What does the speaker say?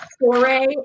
foray